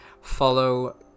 follow